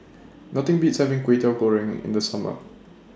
Nothing Beats having Kway Teow Goreng in The Summer